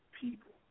people